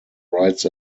rides